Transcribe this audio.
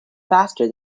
faster